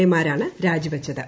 A മാരാണ് രാജിവച്ചത്